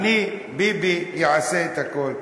אני, ביבי, אעשה את הכול.